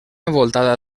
envoltada